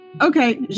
Okay